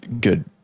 good